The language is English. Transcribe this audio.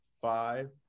five